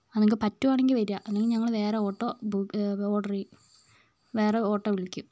അ നിങ്ങൾക്ക് പറ്റുക ആണെങ്കിൽ വരിക അല്ലെങ്കിൽ ഞങ്ങള് വേറെ ഓട്ടോ ഓഡർ ചെയ്യും വേറെ ഓട്ടോ വിളിക്കും